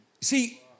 see